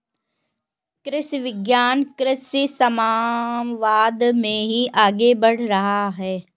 कृषि विज्ञान कृषि समवाद से ही आगे बढ़ रहा है